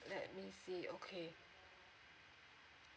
let me see okay